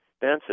Benson